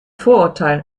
vorurteil